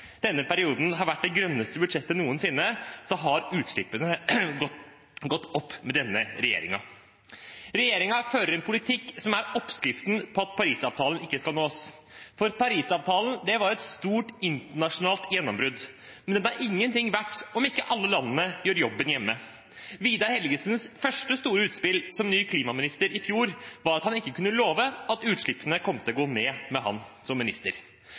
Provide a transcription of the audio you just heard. denne perioden har vært det grønneste budsjettet noensinne, har utslippene gått opp med denne regjeringen. Regjeringen fører en politikk som er oppskriften på at Paris-avtalen ikke skal nås. Paris-avtalen var et stort internasjonalt gjennombrudd, men den er ingenting verdt om ikke alle landene gjør jobben hjemme. Vidar Helgesens første store utspill som ny klimaminister i fjor var at han ikke kunne love at utslippene kom til å gå ned med han som minister.